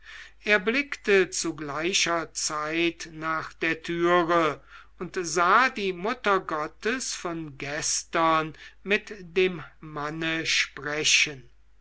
er blickte zu gleicher zeit nach der türe und sah die mutter gottes von gestern mit dem manne sprechen